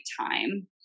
time